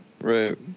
Right